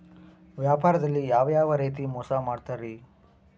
ವ್ಯಾಪಾರದಲ್ಲಿ ಯಾವ್ಯಾವ ರೇತಿ ಮೋಸ ಮಾಡ್ತಾರ್ರಿ?